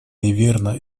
неверно